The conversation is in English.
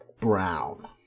brown